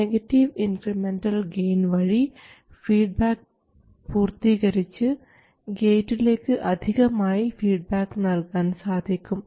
negative incremental gain വഴി feedback പൂർത്തീകരിച്ച് ഗേറ്റിലേക്ക് അധികമായി ഫീഡ്ബാക്ക് നൽകാൻ സാധിക്കും